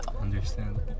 Understand